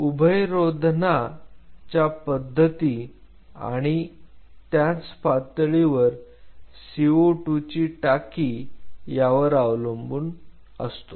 उभयरोधना च्या पद्धती आणि त्याच पातळीवर CO2 ची टाकी यावर अवलंबून असतो